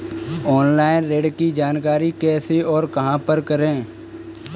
Online ऋण की जानकारी कैसे और कहां पर करें?